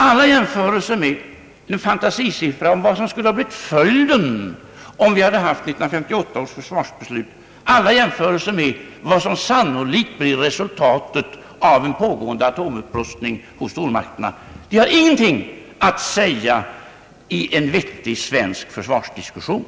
Alla jämförelser med vad som skulle bli följden om vi haft 1958 års försvarsbeslut kvar och alla jämförelser med vad som sannolikt blir resultatet av en pågående atomupprustning hos stormakterna, har ingenting att säga i en vettig svensk försvarsdiskussion.